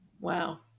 Wow